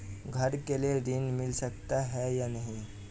घर के लिए ऋण मिल सकता है या नहीं?